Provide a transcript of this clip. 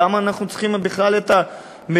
למה אנחנו צריכים בכלל את המריבה